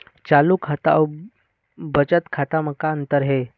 चालू खाता अउ बचत खाता म का अंतर हे?